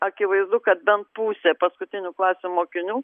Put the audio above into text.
akivaizdu kad bent pusė paskutinių klasių mokinių